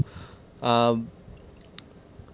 uh